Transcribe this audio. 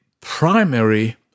primary